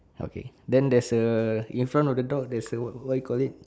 okay then there's a in front of the dog there's a what what you call it